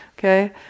Okay